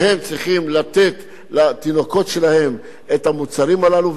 והן צריכות לתת לתינוקות שלהן את המוצרים הללו,